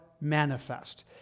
manifest